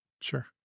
Sure